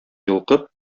йолкып